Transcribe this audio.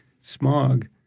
smog